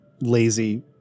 lazy